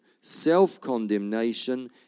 self-condemnation